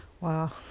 Wow